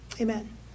Amen